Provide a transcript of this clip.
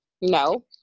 No